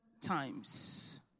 times